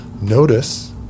notice